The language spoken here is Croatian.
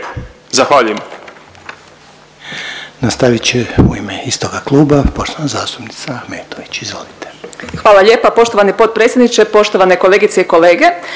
zahvaljujem.